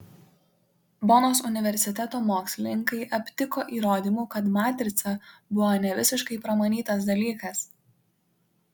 bonos universiteto mokslininkai aptiko įrodymų kad matrica buvo ne visiškai pramanytas dalykas